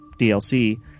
DLC